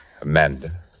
Amanda